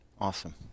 Awesome